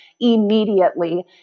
immediately